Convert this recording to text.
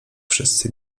wszyscy